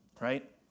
right